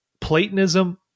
Platonism